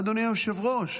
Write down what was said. אדוני היושב-ראש,